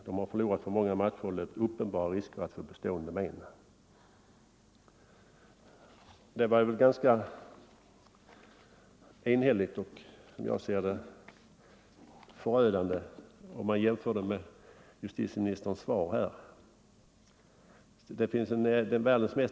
Dom har förlorat för många matcher och löpt uppenbara risker att få bestående men.” Dessa uttalanden var väl ganska enhälliga och som jag ser det förödande om man jämför med justitieministerns svar på min interpellation.